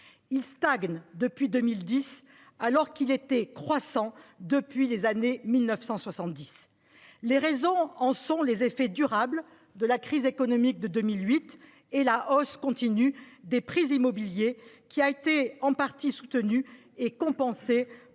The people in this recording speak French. Il stagne depuis 2010, alors qu’il était croissant depuis les années 1970. Les raisons en sont les effets durables de la crise économique de 2008 et la hausse continue des prix immobiliers, qui a été en partie soutenue et compensée